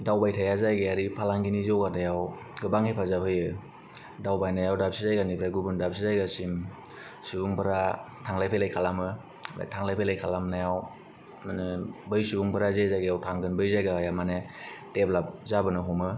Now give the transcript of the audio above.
दावबायथाइया जायगायारि फालांगिनि जौगाथाइयाव गोबां हेफाजाब होयो दावबायनायाव दाबसे जायगानिफ्राय गुबुन दाबसे जायगासिम सुबुंफोरा थांलाय फैलाय खालामो बे थांलाय फैलाय खालामनायाव नोंङो बै सुबुंफ्रा जे जायगायाव थांगोन बै जायगाया माने डिवेलाप जाबोनो हमो